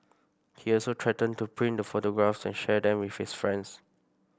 he also threatened to print the photographs and share them with his friends